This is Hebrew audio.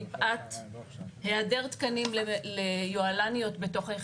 מפאת העדר תקנים ליוהל"ניות בתוך היחידות,